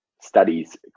studies